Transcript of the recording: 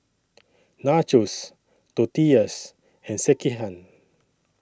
Nachos Tortillas and Sekihan